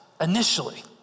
initially